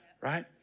right